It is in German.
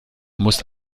muss